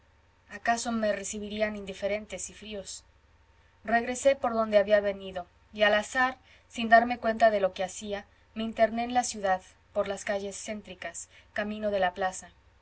acaso me recibirían indiferentes y fríos regresé por donde había venido y al azar sin darme cuenta de lo que hacía me interné en la ciudad por las calles céntricas camino de la plaza me